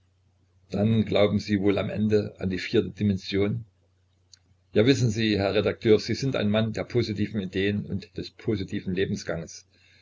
dann glauben sie wohl am ende an die vierte dimension ja wissen sie herr redakteur sie sind ein mann der positiven ideen und des positiven lebensganges